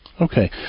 Okay